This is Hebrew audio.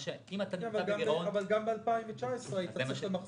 אבל גם ב-2019 היית צריך למחזר גירעונות.